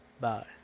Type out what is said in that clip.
bye